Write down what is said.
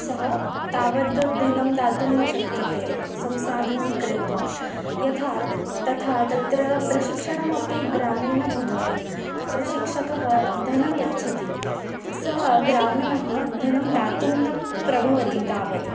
सः तावद् धनं दातुं न शक्यते संसाधनं क्रेतुं यथा तथा तत्र प्रशिक्षणमपि ग्रामे न भवति प्रशिक्षकः धनं यच्छति सः ग्रामीणः धनं दातुं न प्रभवति तावत्